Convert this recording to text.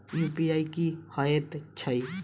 UPI की हएत छई?